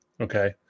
Okay